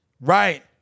Right